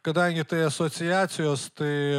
kadangi tai asociacijos tai